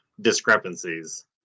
discrepancies